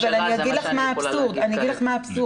אגיד לך מה האבסורד,